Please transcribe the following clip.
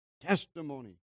testimony